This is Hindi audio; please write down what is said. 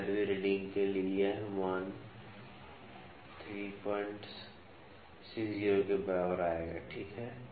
१५वीं रीडिंग के लिए यह मान ३६० के बराबर आएगा ठीक है